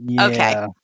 Okay